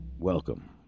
Welcome